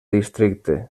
districte